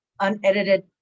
unedited